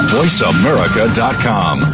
VoiceAmerica.com